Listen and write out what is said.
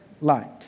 light